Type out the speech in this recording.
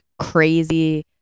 crazy